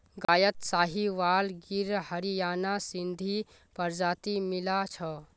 गायत साहीवाल गिर हरियाणा सिंधी प्रजाति मिला छ